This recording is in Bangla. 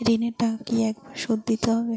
ঋণের টাকা কি একবার শোধ দিতে হবে?